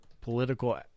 political